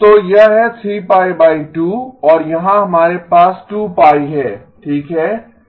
तो यह है और यहाँ हमारे पास 2 π है ठीक है